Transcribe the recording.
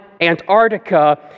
Antarctica